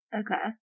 okay